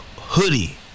hoodie